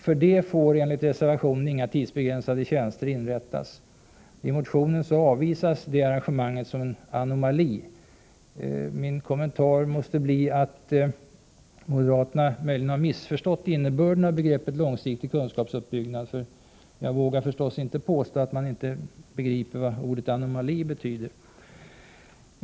För detta får däremot enligt reservationen inga tidsbegränsade tjänster inrättas. I motionen avvisas detta arrangemang som en anomali. Min kommentar måste bli att moderaterna möjligen har missförstått innebörden av begreppet långsiktig kunskapsuppbyggnad, för jag vågar förstås inte påstå att de inte begriper vad ordet anomali betyder.